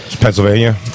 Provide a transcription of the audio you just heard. Pennsylvania